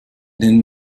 nennen